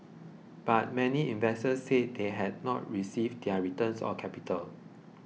but many investors said they have not received their returns or capital